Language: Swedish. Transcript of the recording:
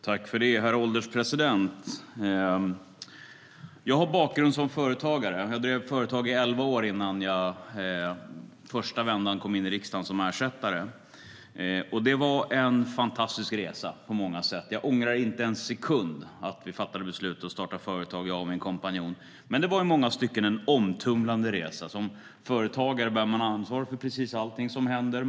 Herr ålderspresident! Jag har en bakgrund som företagare. Jag drev företag i elva år innan jag i den första vändan kom in i riksdagen som ersättare. Det var en fantastisk resa på många sätt. Jag ångrar inte en sekund att jag och min kompanjon fattade beslutet att starta företag. Det var i många stycken en omtumlande resa. Som företagare bär man ansvar för precis allting som händer.